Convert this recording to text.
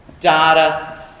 data